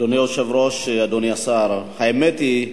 אדוני היושב-ראש, אדוני השר, האמת היא: